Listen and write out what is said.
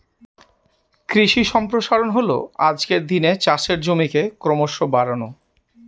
কৃষি সম্প্রসারণ হল আজকের দিনে চাষের জমিকে ক্রমশ বাড়ানো